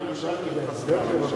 אני ישבתי,